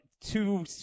two